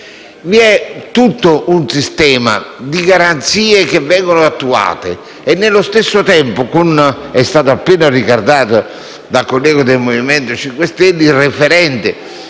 Vi è tutto un sistema di garanzie che vengono attuate e, allo stesso tempo, come è stato appena ricordato dal collega del Movimento 5 Stelle, c'è